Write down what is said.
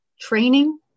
training